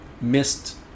missed